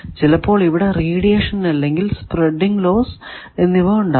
ചിലപ്പോൾ ഇവിടെ റേഡിയേഷൻ അല്ലെങ്കിൽ സ്പ്രെഡിങ് ലോസ് എന്നിവ ഉണ്ടാകാം